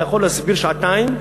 אתה יכול להסביר שעתיים,